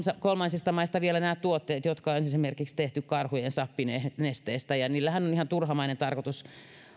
kolmansista maista vielä nämä tuotteet jotka on esimerkiksi tehty karhujen sappinesteestä ja niillähän on ihan turhamainen tarkoitus